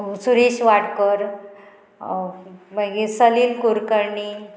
सुरेश वाडकर मागीर सलील कुरकर्णी